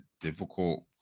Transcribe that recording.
difficult